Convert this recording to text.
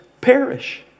perish